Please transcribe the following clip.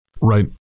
Right